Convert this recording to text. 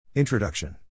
Introduction